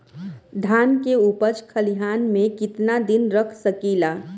धान के उपज खलिहान मे कितना दिन रख सकि ला?